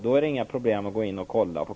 Då är det inga problem att gå in och kolla konton.